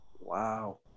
Wow